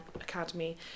academy